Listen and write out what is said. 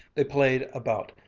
they played about,